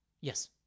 yes